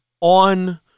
on